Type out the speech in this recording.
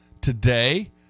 today